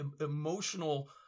emotional